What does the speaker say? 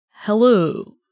Hello